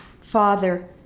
Father